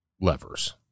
levers